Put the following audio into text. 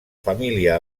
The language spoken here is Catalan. família